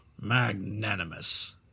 Magnanimous